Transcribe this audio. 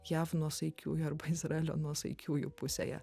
jav nuosaikiųjų arba izraelio nuosaikiųjų pusėje